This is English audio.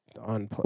on